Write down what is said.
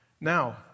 Now